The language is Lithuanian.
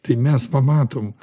tai mes pamatom